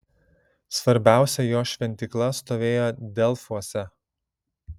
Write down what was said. svarbiausia jo šventykla stovėjo delfuose